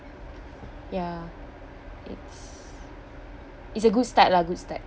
ya it's it's a good start lah good start